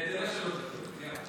חברת הכנסת טלי גוטליב.